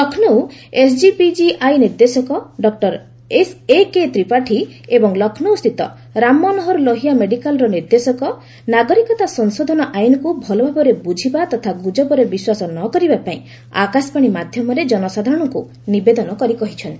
Lucknow SGPGI ନିର୍ଦ୍ଦେଶକ doctor A K Tripathi ଏବଂ ଲକ୍ଷ୍ରୌସ୍ଥିତ ରାମ ମନୋହର ଲୋହିଆ ମେଡିକାଲର ନିର୍ଦ୍ଦେଶକ ନାଗରିକତା ସଂଶୋଧନ ଆଇନକୁ ଭଲଭାବରେ ବୁଝିବା ତଥା ଗୁଜବରେ ବିଶ୍ୱାନ ନ କରିବାପାଇଁ ଆକାଶବାଣୀ ମାଧ୍ୟମରେ ଜନସାଧାରଣଙ୍କୁ ନିବେଦନ କରି କହିଚ୍ଛନ୍ତି